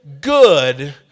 good